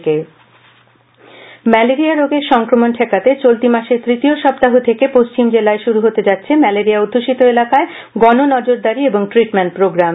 ম্যালেবিয়া সনাক্তকরণ কর্মসৃচি ম্যালেরিয়া রোগের সংক্রমণ ঠেকাতে চলতি মাসের তৃতীয় সপ্তাহ থেকে পশ্চিম জেলায় শুরু হতে যাচ্ছে ম্যালেরিয়া অধ্যুষিত এলাকায় গণ নজরদারি এবং ট্রিটমেন্ট প্রোগ্রাম